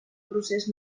procés